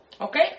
Okay